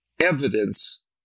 evidence